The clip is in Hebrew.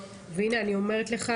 והינה אני אומרת לך